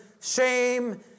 shame